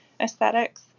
aesthetics